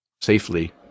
safely